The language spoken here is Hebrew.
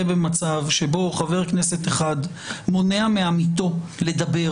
במצב שבו חבר כנסת אחד מונע מעמיתו לדבר